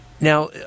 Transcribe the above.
Now